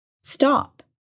Stop